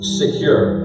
secure